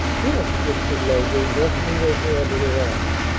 yes, whispered leslie, nestling her hand in her aunt's.